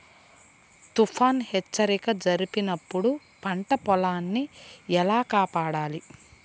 తుఫాను హెచ్చరిక జరిపినప్పుడు పంట పొలాన్ని ఎలా కాపాడాలి?